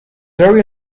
very